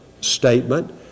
statement